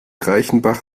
reichenbach